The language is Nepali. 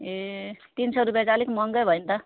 ए तिन सय रुपियाँ चाहिँ अलिक महँगै भयो नि त